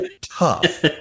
Tough